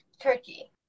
Turkey